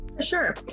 Sure